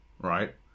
right